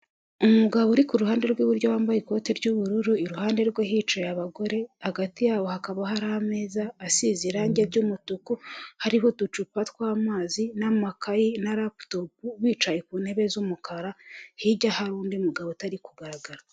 Umugabo uri ku ruhande rw'iburyo wambaye ikote ry'ubururu, iruhande rwe hicaye abagore, hagati yabo hakaba hari ameza asize irange ry'umutuku, hariho uducupa tw'amazi n'amakayi na raputopu, bicaye ku ntebe z'umukara, hirya hari undi mugabo utari kugaragara.